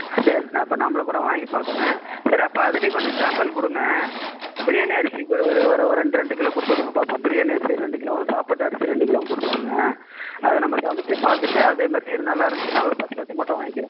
சரிண்ண அப்போ நம்மளுக்கு கூட வாங்கி பார்க்குறேன் சரி அப்போ அதுலையும் கொஞ்சம் சேம்பிள் கொடுங்க பிரியாணி அரிசி இப்போ ஒரு ஒரு ரெண்டு ரெண்டு கிலோ கொடுத்து விடுங்க பார்ப்போம் பிரியாணி அரிசி ரெண்டு கிலோவும் சாப்பாட்டு அரிசி ரெண்டு கிலோவும் கொடுத்து விடுங்கள் அதை நம்ம சமைச்சி பார்த்துட்டு அதேமாதிரி நல்லா இருந்துச்சுன்னா ஒரு பத்து பத்து மூட்டை வாங்கிக்கிறேன்